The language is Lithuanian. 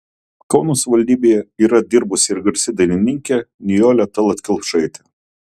kauno savivaldybėje yra dirbusi ir garsi dainininkė nijolė tallat kelpšaitė